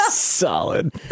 Solid